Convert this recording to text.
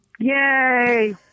Yay